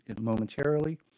momentarily